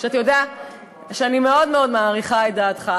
ואתה יודע שאני מאוד מאוד מעריכה את דעתך.